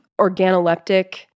organoleptic